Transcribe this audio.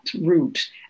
route